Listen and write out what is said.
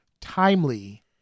timely